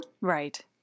Right